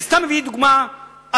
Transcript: אני סתם מביא דוגמה אפריורי.